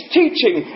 teaching